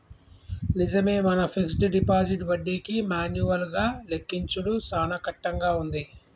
నిజమే మన fixed deposit వడ్డీకి మాన్యువల్ గా లెక్కించుడు సాన కట్టంగా ఉంది